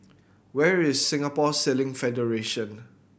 where is Singapore Sailing Federation